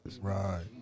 Right